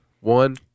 One